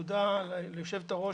תודה ליושבת הראש.